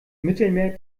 mittelmeer